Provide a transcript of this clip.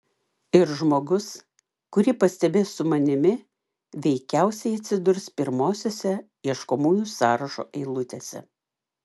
ir žmogus kurį pastebės su manimi veikiausiai atsidurs pirmosiose ieškomųjų sąrašo eilutėse